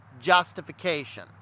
justification